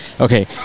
okay